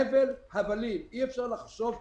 הבל הבלים, אי אפשר לחשוב כך.